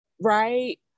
right